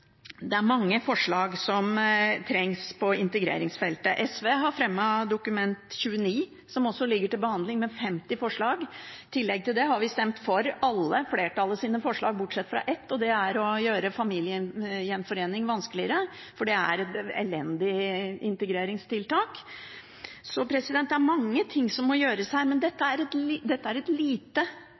Det er mange forslag som trengs på integreringsfeltet. SV har fremmet Representantforslag 29 S for 2015–2016, som også ligger til behandling, med 51 forslag. I tillegg til det har vi stemt for alle av flertallets forslag bortsett fra ett, og det er å gjøre familiegjenforening vanskeligere, for det er et elendig integreringstiltak. Så det er mange ting som må gjøres her, men dette er et